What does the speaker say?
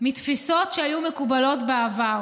מתפיסות שהיו מקובלות בעבר,